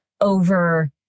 over